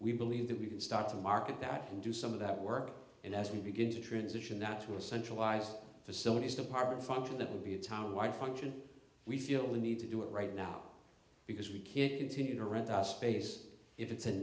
we believe that we can start to market that and do some of that work and as we begin to transition that to a centralized facilities department function that will be a town wide function we feel we need to do it right now because we can't continue to rent a space if it